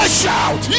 shout